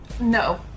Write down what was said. No